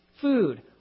food